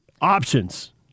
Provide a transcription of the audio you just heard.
options